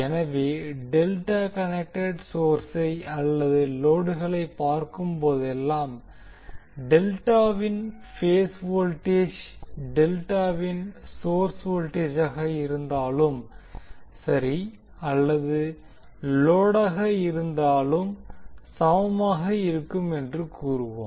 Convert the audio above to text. எனவே delta connected சோர்ஸை அல்லது லோடுகளை பார்க்கும்போதெல்லாம் டெல்டாவின் பேஸ் வோல்டேஜ் டெல்டாவின் சோர்ஸ் வோல்டேஜாக இருந்தாலும் சரி அல்லது லோடாக இருந்தாலும் சமமாக இருக்கும் என்று கூறுவோம்